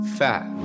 fat